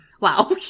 Wow